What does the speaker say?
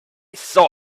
saw